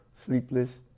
sleepless